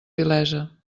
vilesa